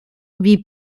wie